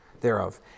thereof